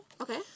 Okay